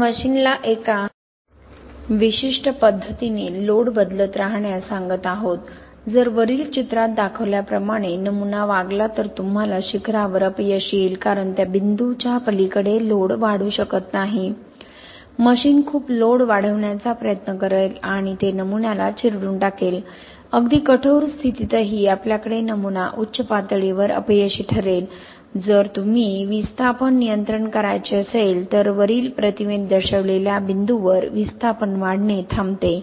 आपण मशीनला एका विशिष्ट पद्धतीने लोड बदलत राहण्यास सांगत आहोत जर वरील चित्रात दाखवल्याप्रमाणे नमुना वागला तर तुम्हाला शिखरावर अपयश येईल कारण त्या बिंदूच्या पलीकडे लोड वाढू शकत नाही मशीन खूप लोड वाढवण्याचा प्रयत्न करेल आणि ते नमुन्याला चिरडून टाकेल अगदी कठोर स्थितीतही आपल्याकडे नमुना उच्च पातळीवर अपयशी ठरेल जर तुम्ही विस्थापन नियंत्रण करायचे असेल तर वरील प्रतिमेत दर्शविलेल्या बिंदूवर विस्थापन वाढणे थांबते